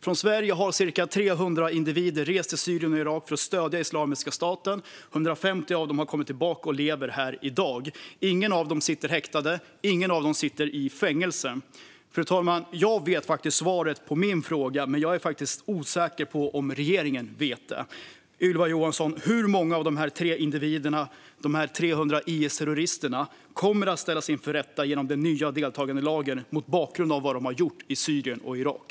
Från Sverige har ca 300 individer rest till Syrien och Irak för att stödja Islamiska staten. 150 av dem har kommit tillbaka och lever här i dag, men ingen av dem sitter häktad eller i fängelse. Fru talman! Jag vet svaret på min fråga, men jag är osäker på om regeringen gör det, Ylva Johansson. Hur många av de 300 IS-terroristerna kommer att ställas inför rätta genom den nya deltagandelagen, mot bakgrund av vad de har gjort i Syrien och Irak?